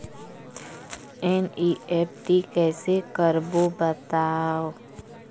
NEFT कैसे करबो बताव?